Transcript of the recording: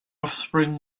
offspring